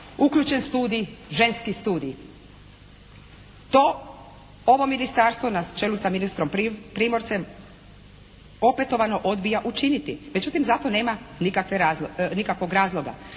uključen studij, ženski studij. To ovo ministarstvo, na čelu s ministrom Primorcem opetovano odbija učiniti. Međutim, zato nema nikakvog razloga.